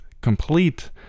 complete